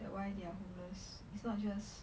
why there because it's not just